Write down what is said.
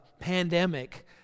pandemic